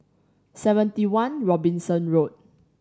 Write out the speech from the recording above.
Seventy One Robinson Road